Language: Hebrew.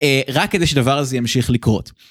רק כדי שדבר הזה ימשיך לקרות.